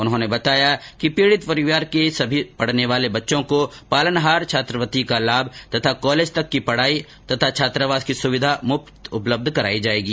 उन्होंने बताया कि पीडि़त परिवार के सभी पढने वाले बच्चों को पालनहार छात्रवृति का लाभ तथा कॉलेज तक की पढाई तथा छात्रावास की सुविधा मुफ्त उपलब्ध करायी जायेगी